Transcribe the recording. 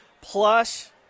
plus